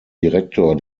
direktor